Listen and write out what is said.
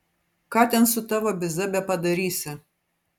ką ten su tavo biza bepadarysi